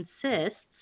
consists